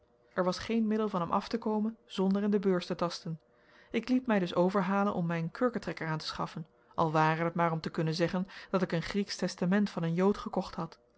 er was geen middel van hem af te komen zonder in de beurs te tasten ik liet mij dus overhalen om mij een kurketrekker aan te schaffen al ware het maar om te kunnen zeggen dat ik een grieksch testament van een jood gekocht had